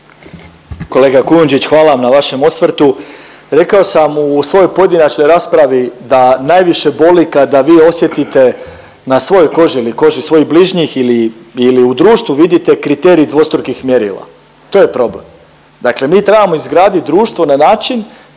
Kolega Kujundžić hvala vam na vašem osvrtu. Rekao sam u svojoj pojedinačnoj raspravi da najviše boli kada vi osjetite na svojoj koži ili koži svojih bližnjih ili u društvu vidite kriterij dvostrukih mjerila, to je problem. Dakle, mi trebamo izgraditi društvo na način